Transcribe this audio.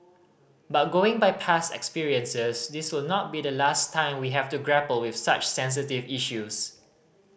but going by past experiences this will not be the last time we have to grapple with such sensitive issues